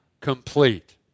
complete